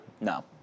No